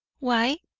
why?